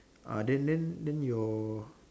err then then then your